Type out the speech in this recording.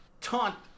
taunt